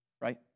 Right